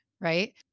right